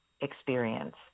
experience